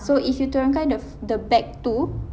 so if you turunkan the fi~ the back two